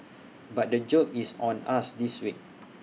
but the joke is on us this week